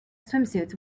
swimsuits